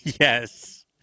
Yes